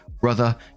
brother